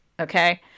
okay